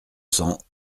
cents